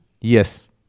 Yes